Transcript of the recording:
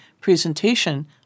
presentation